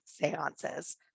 seances